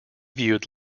viewed